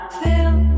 fill